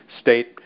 state